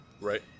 Right